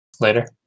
Later